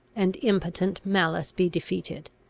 and impotent malice be defeated.